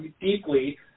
deeply